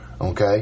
okay